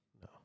No